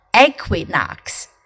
equinox